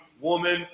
woman